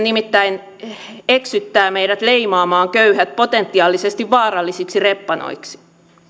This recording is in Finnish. nimittäin eksyttää meidät leimaamaan köyhät potentiaalisesti vaarallisiksi reppanoiksi